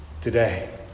today